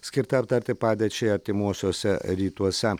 skirta aptarti padėčiai artimuosiuose rytuose